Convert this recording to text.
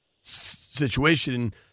situation